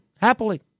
happily